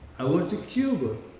i went to cuba.